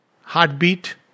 heartbeat